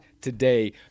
today